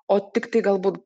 o tiktai galbūt